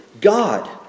God